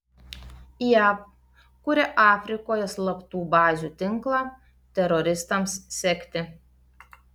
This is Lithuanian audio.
jav kuria afrikoje slaptų bazių tinklą teroristams sekti